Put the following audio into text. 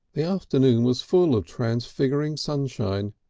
the afternoon was full of transfiguring sunshine,